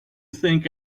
think